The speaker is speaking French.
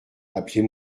appelez